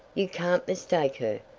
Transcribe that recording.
you can't mistake her.